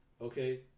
Okay